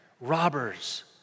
robbers